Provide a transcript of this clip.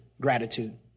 gratitude